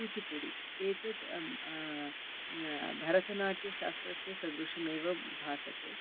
कुचुपुडि एतत् भरतनाट्यशास्त्रस्य सदृशमेव भासते